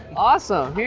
awesome, here.